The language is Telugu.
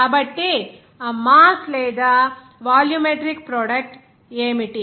కాబట్టి ఆ మాస్ లేదా వాల్యూమెట్రిక్ ప్రోడక్ట్ ఏమిటి